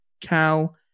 Cal –